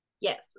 Yes